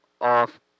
off